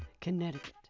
Connecticut